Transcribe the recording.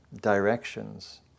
directions